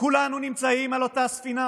כולנו נמצאים על אותה ספינה,